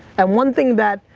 and one thing that,